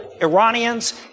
Iranians